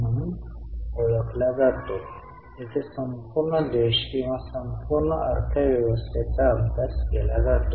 म्हणून चिन्हांकित केले जावे हे कॅश फ्लो स्टेटमेंटमधील फ्लो म्हणून दर्शविले जाणार नाही